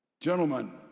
Gentlemen